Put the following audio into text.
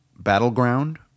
battleground